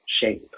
shape